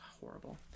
horrible